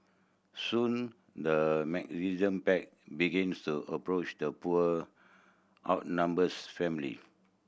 soon the pack begin to approach the poor outnumbers family